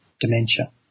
dementia